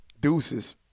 Deuces